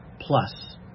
plus